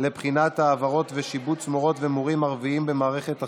לבחינת העברות ושיבוץ מורות ומורים ערבים במערכת החינוך,